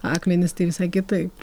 akmenys tai visai kitaip